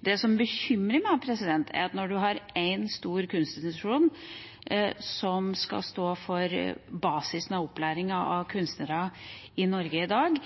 det. Det som bekymrer meg, når man har én stor kunstinstitusjon som skal stå for basisen i opplæringen av kunstnere i Norge i dag,